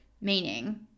meaning